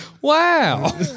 Wow